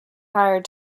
hired